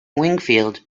wingfield